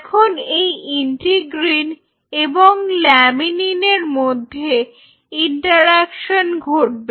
এখন এই ইন্টিগ্রিন এবং ল্যামিনিন এর মধ্যে ইন্টারঅ্যাকশন ঘটবে